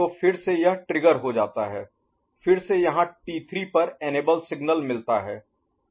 तो फिर से यह ट्रिगर हो जाता है फिर से इसे यहाँ t3 पर इनेबल सिग्नल मिलता है